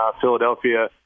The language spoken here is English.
Philadelphia